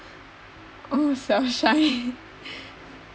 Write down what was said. oh